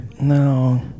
No